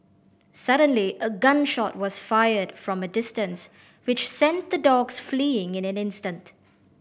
suddenly a gun shot was fired from a distance which sent the dogs fleeing in an instant